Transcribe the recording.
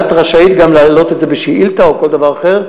את רשאית גם להעלות את זה בשאילתה או כל דבר אחר,